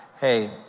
hey